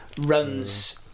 runs